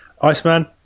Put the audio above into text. Iceman